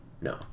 No